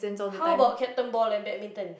how bout Captain Ball and Badminton